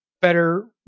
better